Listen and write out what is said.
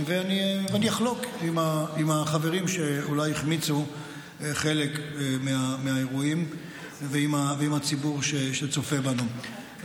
אחלוק עם החברים שאולי החמיצו חלק מהאירועים ועם הציבור שצופה בנו.